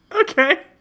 Okay